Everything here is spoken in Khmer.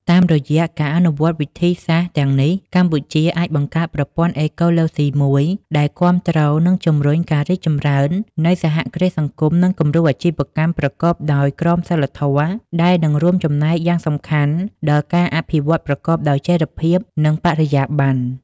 តាមរយៈការអនុវត្តវិធីសាស្រ្តទាំងនេះ កម្ពុជាអាចបង្កើតប្រព័ន្ធអេកូឡូស៊ីមួយដែលគាំទ្រ និងជំរុញការរីកចម្រើននៃសហគ្រាសសង្គម និងគំរូអាជីវកម្មប្រកបដោយក្រមសីលធម៌ ដែលនឹងរួមចំណែកយ៉ាងសំខាន់ដល់ការអភិវឌ្ឍប្រកបដោយចីរភាព និងបរិយាបន្ន។